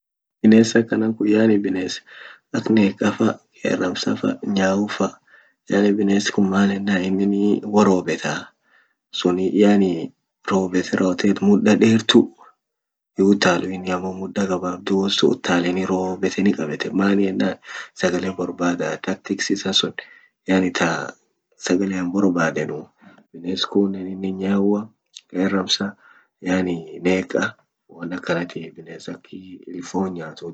Bines akana kun yani bines ak neqqafa. qerams fa. nyauafa. yani bines kun man yenan innini wo robetaa yani robeteni rawotet mda dertu hiutalu innin amo mda gababdu won sun uttalani robetani qabetan man yenan sagale borbada tactics isa sun yani ta sagalean borbadanu bines kunen innin nyaua qeramsa yani neqa won akanatii bines aki fon nyatu dib yeede.